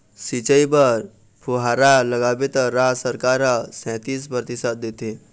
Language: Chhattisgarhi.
सिंचई बर फुहारा लगाबे त राज सरकार ह सैतीस परतिसत देथे